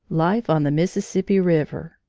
life on the mississippi river.